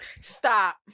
Stop